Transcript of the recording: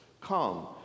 come